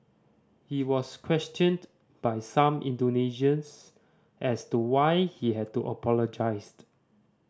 he was questioned by some Indonesians as to why he had apologised